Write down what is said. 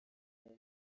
muri